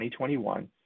2021